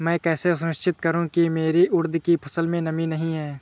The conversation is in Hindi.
मैं कैसे सुनिश्चित करूँ की मेरी उड़द की फसल में नमी नहीं है?